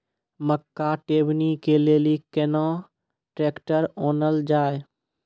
मक्का टेबनी के लेली केना ट्रैक्टर ओनल जाय?